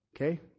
Okay